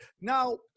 now